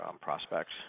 prospects